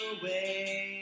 away